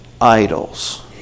idols